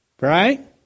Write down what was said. right